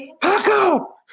Paco